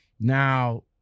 Now